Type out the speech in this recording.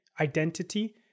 identity